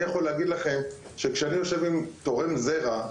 אני יכול להגיד לכם שכשאני יושב עם תורם זרע,